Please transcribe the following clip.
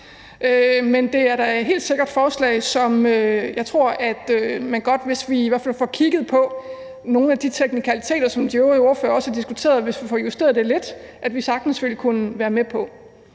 men det er da helt sikkert forslag, som jeg tror at vi – hvis vi i hvert fald får kigget på nogle af de teknikaliteter, som de øvrige ordførere også har diskuteret, altså hvis vi får det justeret lidt – sagtens ville kunne være med på.